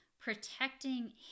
protecting